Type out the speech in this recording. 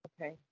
Okay